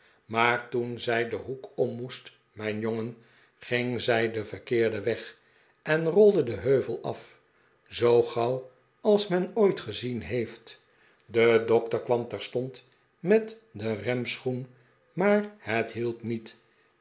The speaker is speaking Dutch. maar toen zij den hoek om moest mijn jongen ging zij den verkeerden weg en rolde den heuvel af zoo gauw als men ooit gezien heeft de dokter kwam terstond met den remschoen maar het hielp niet